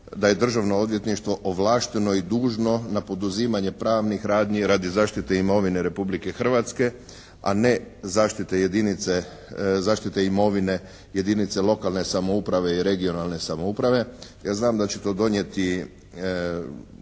da je državno odvjetništvo ovlašteno i dužno na poduzimanje pravnih radnji radi zaštite imovine Republike Hrvatske a ne zaštite imovine jedinice lokalne samouprave i regionalne samouprave. Ja znam da će to donijeti